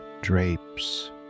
drapes